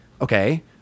okay